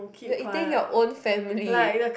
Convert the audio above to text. you're eating you're own family